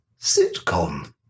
sitcom